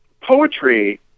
poetry